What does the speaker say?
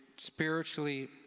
spiritually